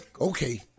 Okay